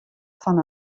fan